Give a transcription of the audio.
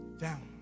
Down